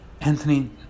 Anthony